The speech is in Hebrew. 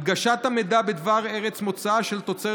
הנגשת המידע בדבר ארץ מוצאה של תוצרת